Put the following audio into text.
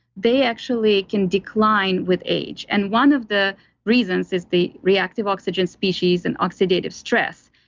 they actually can decline with age. and one of the reasons is the reactive oxygen species and oxidative stress.